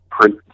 print